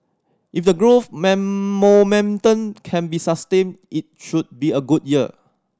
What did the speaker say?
if the growth momentum can be sustained it should be a good year